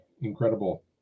incredible